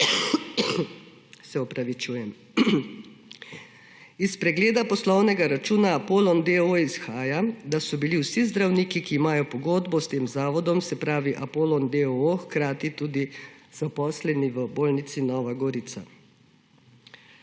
za delo izven bolnice. Iz pregleda poslovnega računa Apolon, d. o. o., izhaja, d so bili vsi zdravniki, ki imajo pogodbo s tem zavodom, se pravi Apolon d. o. o. hkrati tudi zaposleni v bolnici Nova Gorica.